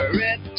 red